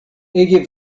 ege